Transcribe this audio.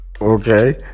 Okay